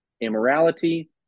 immorality